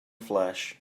flesh